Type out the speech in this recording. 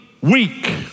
weak